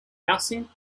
housing